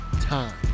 time